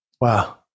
Wow